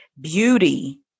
beauty